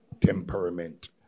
temperament